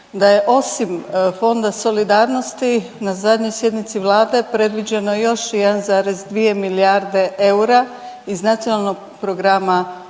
da je osim Fonda solidarnosti na zadnjoj sjednici Vlade predviđeno još 1,2 milijarde eura iz Nacionalnog plana